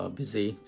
busy